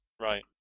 right